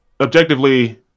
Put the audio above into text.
objectively